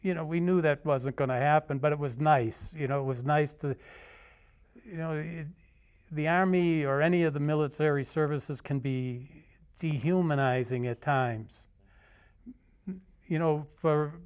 you know we knew that wasn't going to happen but it was nice you know it was nice to you know the army or any of the military services can be dehumanizing at times you know for